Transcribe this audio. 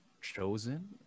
chosen